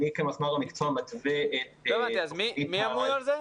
אני כמפמ"ר המקצוע מתווה את --- אז מי אמון על זה?